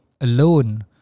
alone